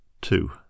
Two